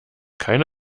keine